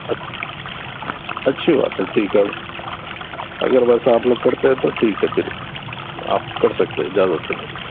اچھ اچھی بات ہے ٹھیک ہے اگر ویسا آپ لوگ کرتے ہیں تو ٹھیک ہے پھر آپ کر سکتے ہیں اجازت ہے میری طرف